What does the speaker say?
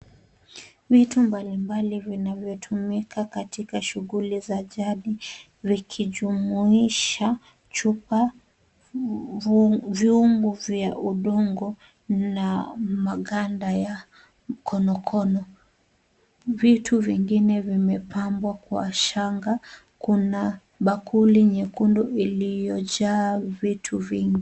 Vitu mbalimbali vinavyotumika katika shughuli za jadi, zikijumuisha chupa vyungu vya udongo na maganda ya konokono, Vitu vingine vimepambwa kwa shanga, kuna bakuli nyekundu iliyojaa vitu vingi.